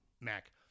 Mac